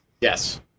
Yes